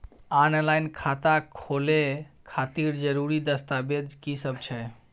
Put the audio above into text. Online खाता खोले खातिर जरुरी दस्तावेज की सब छै?